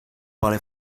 parlez